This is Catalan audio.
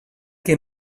que